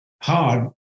hard